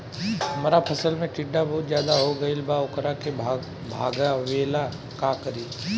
हमरा फसल में टिड्डा बहुत ज्यादा हो गइल बा वोकरा के भागावेला का करी?